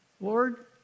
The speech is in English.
Lord